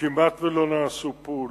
כמעט לא נעשו פעולות.